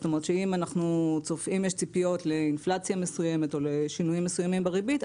זאת אומרת אם יש ציפיות לאינפלציה מסוימת או לשינויים מסוימים בריבית,